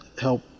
help